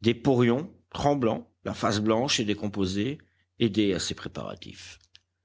des porions tremblants la face blanche et décomposée aidaient à ces préparatifs